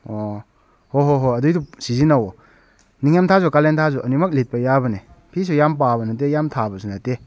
ꯑꯣ ꯍꯣꯏ ꯍꯣꯏ ꯍꯣꯏ ꯑꯗꯨꯒꯤꯗꯨ ꯁꯤꯖꯤꯟꯅꯧꯑꯣ ꯅꯤꯡꯊꯝꯊꯥꯁꯨ ꯀꯥꯂꯦꯟꯊꯥꯁꯨ ꯑꯅꯤꯃꯛ ꯂꯤꯠꯄ ꯌꯥꯕꯅꯦ ꯐꯤꯁꯨ ꯌꯥꯝꯅ ꯄꯥꯕ ꯅꯠꯇꯦ ꯌꯥꯝꯅ ꯊꯥꯕꯁꯨ ꯅꯠꯇꯦ